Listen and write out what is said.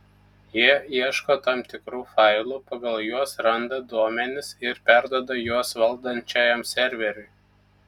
jie ieško tam tikrų failų pagal juos randa duomenis ir perduoda juos valdančiajam serveriui